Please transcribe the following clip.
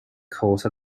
costs